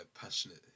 passionate